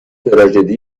تراژدی